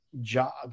job